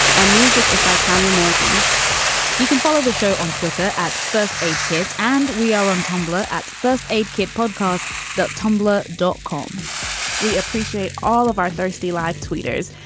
our music is by tanya morgan you can follow the show on twitter at first aid kits. and we are on tumblr at first aid kit podcast that tumblr dot com we appreciate all of our thursday live tweeters.